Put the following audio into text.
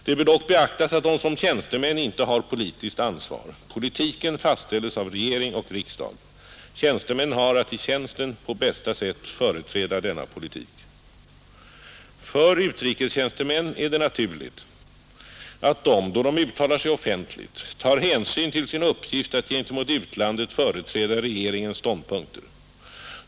Det bör dock beaktas att de som tjänstemän inte har politiskt ansvar. maters utåtriktade utrikespolitiska aktivitet Politiken fastställes av regering och riksdag. Tjänstemännen har att i tjänsten på bästa sätt företräda denna politik. För utrikestjänstemän är det naturligt att de då de uttalar sig offentligt tar hänsyn till sin uppgift att gentemot utlandet företräda regeringens ståndpunkter.